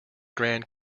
grand